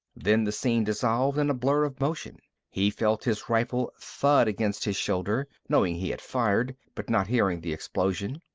then the scene dissolved in a blur of motion. he felt his rifle thud against his shoulder, knowing he had fired, but not hearing the explosion.